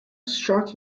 sharkey